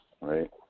right